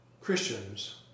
Christians